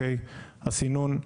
הסינון,